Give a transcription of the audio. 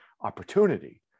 opportunity